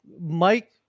Mike